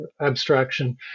abstraction